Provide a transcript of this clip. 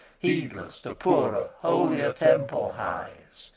heedless, to poorer, holier temples hies,